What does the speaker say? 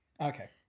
Okay